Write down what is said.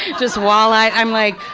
just wall-eye? i'm like,